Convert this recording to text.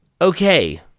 Okay